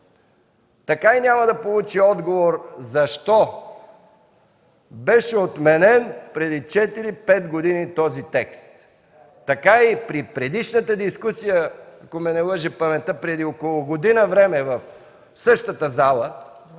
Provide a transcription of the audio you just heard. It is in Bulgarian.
Така и няма да получи отговор защо беше отменен преди четири-пет години този текст. Така и при предишната дискусия, ако не ме лъже паметта, преди около година време в същата зала